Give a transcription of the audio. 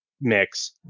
mix